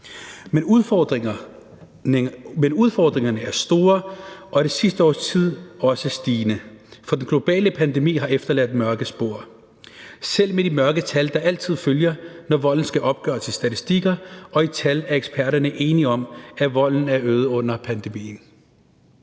Men udfordringerne er store og har det sidste års tid også været stigende, for den globale pandemi har efterladt mørke spor. Selv med de mørketal, der altid følger, når volden skal opgøres i statistikker og i tal, er eksperterne enige om, at volden er øget under pandemien.